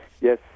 Yes